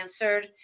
answered